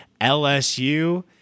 LSU